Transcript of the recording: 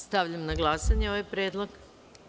Stavljam na glasanje ovaj predlog.